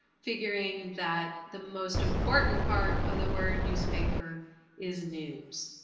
figuring that the most important part of the word newspaper is news.